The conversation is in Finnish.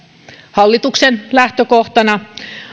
hallituksen lähtökohtana